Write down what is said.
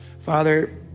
Father